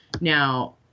now